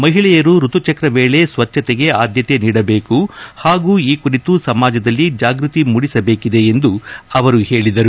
ಮಹಿಳೆಯರು ಋತುಚಕ್ರ ವೇಳೆ ಸ್ವಭ್ಗತೆಗೆ ಆದ್ಯತೆ ನೀಡಬೇಕು ಹಾಗೂ ಈ ಕುರಿತು ಸಮಾಜದಲ್ಲಿ ಜಾಗೃತಿ ಮೂಡಿಸಬೇಕಿದೆ ಎಂದು ಅವರು ಹೇಳಿದರು